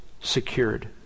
secured